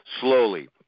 slowly